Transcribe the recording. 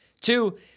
Two